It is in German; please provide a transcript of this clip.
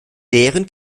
deren